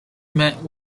met